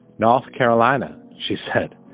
north carolina. she said,